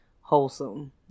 wholesome